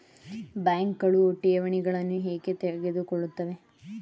ಬ್ಯಾಂಕುಗಳು ಠೇವಣಿಗಳನ್ನು ಏಕೆ ತೆಗೆದುಕೊಳ್ಳುತ್ತವೆ?